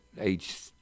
age